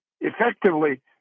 effectively